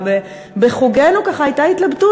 שבחוגינו ככה הייתה התלבטות,